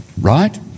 right